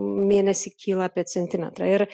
mėnesį kyla apie centimetrą ir